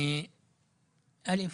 ליצמן,